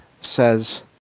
says